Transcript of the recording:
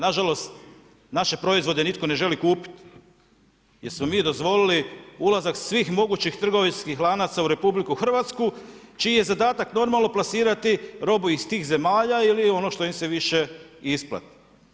Nažalost, naše proizvode nitko ne želi kupiti jer smo mi dozvolili ulazak svih mogućih trgovinskih lanaca u RH čiji je zadatak normalno plasirati robu iz tih zemalja ili ono što im se više isplati.